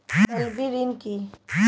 তলবি ঋন কি?